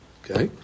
okay